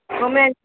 कमेन